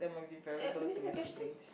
at let me see the question